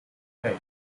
hey